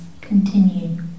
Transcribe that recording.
continue